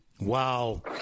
Wow